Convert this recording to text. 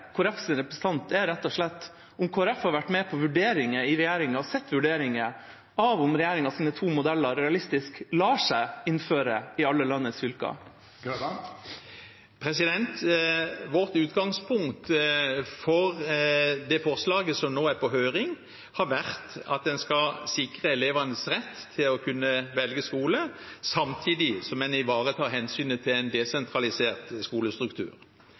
representant er rett og slett om Kristelig Folkeparti har vært med på vurderinger i regjeringa og sett vurderinger av om regjeringas to modeller realistisk lar seg innføre i alle landets fylker. Vårt utgangspunkt for det forslaget som nå er på høring, har vært at en skal sikre elevenes rett til å kunne velge skole, samtidig som en ivaretar hensynet til en desentralisert skolestruktur.